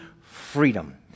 freedom